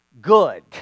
good